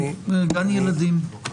כן, גן ילדים.